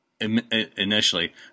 initially